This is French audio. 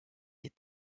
est